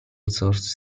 source